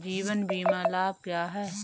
जीवन बीमा लाभ क्या हैं?